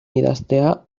idaztea